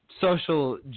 social